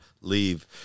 Leave